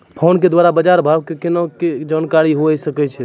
Phone के द्वारा बाज़ार भाव के केना जानकारी होय सकै छौ?